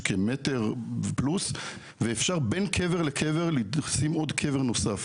כמטר פלוס ואפשר בין קבר לקבר לשים עוד קבר נוסף,